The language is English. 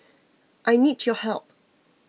I need your help